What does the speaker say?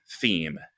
theme